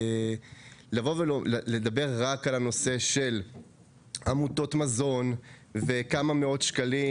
לבוא ולדבר רק על הנושא של עמותות מזון ושל כמה מאות שקלים